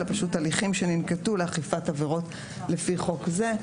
אלא פשוט הליכים שננקטו לאכיפת עבירות לפי חוק זה.